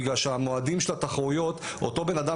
בגלל שהמועדים של התחרויות - אותו בן אדם